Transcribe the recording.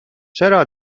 چرا